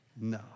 No